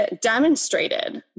demonstrated